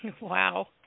Wow